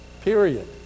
period